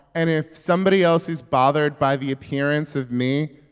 and if somebody else is bothered by the appearance of me,